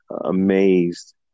amazed